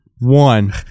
one